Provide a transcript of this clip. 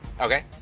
Okay